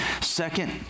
Second